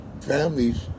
families